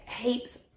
heaps